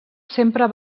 sempre